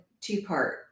two-part